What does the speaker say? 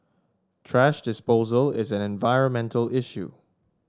thrash disposal is an environmental issue